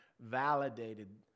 Validated